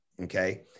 Okay